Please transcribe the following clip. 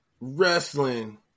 Wrestling